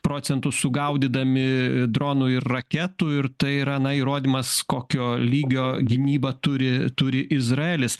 procentų sugaudydami dronų ir raketų ir tai yra na įrodymas kokio lygio gynybą turi turi izraelis